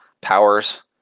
powers